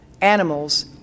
animals